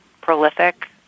prolific